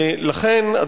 ולכן,